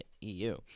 EU